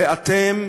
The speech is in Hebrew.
הרי אתם,